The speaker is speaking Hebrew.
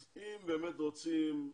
אז אם באמת רוצים,